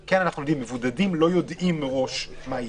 מבודדים לא יודעים מראש מה יהיה.